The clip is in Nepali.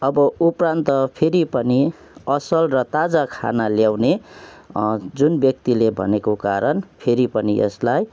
अब उप्रान्त फेरि पनि असल र ताजा खाना ल्याउने जुन व्यक्तिले भनेको कारण फेरि पनि यसलाई